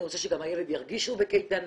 אני רוצה שגם הילד ירגיש שהוא בקייטנה,